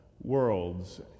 worlds